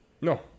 No